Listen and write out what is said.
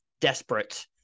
desperate